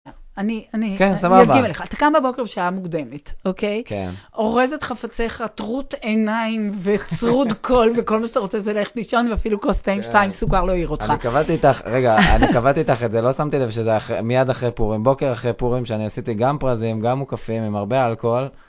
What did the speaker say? אני אגיד לך, אתה קם בבוקר בשעה מוקדמת, אורז את חפציך טרוט עיניים וצרוד קול, וכל מה שאתה רוצה זה ללכת לישון ואפילו כוס תה עם שתיים סוכר לא יעיר אותך. אני קבעתי איתך, רגע, אני קבעתי איתך את זה, לא שמתי לב שזה מיד אחרי פורים, בוקר אחרי פורים, שאני עשיתי גם פרזים, גם מוקפים, עם הרבה אלכוהול.